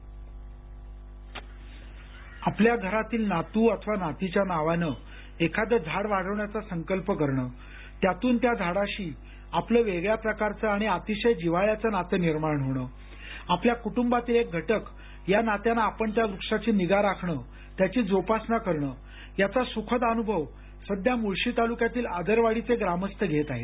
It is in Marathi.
स्क्रिप्ट आपल्या घरातील नातू अथवा नातीच्या नावाने एखादे झाड वाढवण्याचा संकल्प करण त्यातून त्या झाडाशी आपलं वेगळ्या प्रकारचं आणि अतिशय जिव्हाळ्याचं नातं निर्माण होणं आपल्या कुटुंबातील एक घटक या नात्यानं आपण त्या वृक्षाची निगा राखण त्याची जोपासना करण याचा सुखद अनुभव सध्या मुळशी तालुक्यातील आदरवाडीचे ग्रामस्थ घेत आहेत